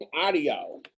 Audio